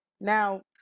Now